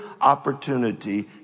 opportunity